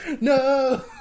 No